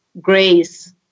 grace